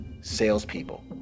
salespeople